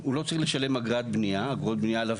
הוא לא צריך לשלם אגרות בניה לוועדה,